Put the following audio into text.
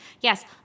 Yes